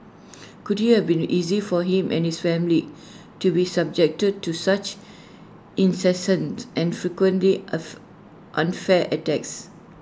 could you have been easy for him and his family to be subjected to such incessant and frequently unfair attacks